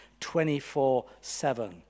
24-7